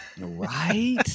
Right